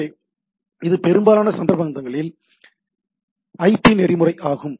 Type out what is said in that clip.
எனவே இது பெரும்பாலான சந்தர்ப்பங்களில் ஐபி நெறிமுறை ஆகும்